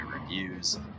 reviews